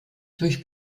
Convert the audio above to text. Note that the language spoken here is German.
durch